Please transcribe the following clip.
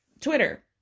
Twitter